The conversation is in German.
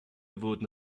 wurden